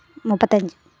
முப்பத்தஞ்சு